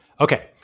Okay